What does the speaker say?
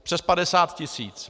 Přes 50 tisíc